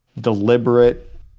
deliberate